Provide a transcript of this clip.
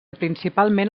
principalment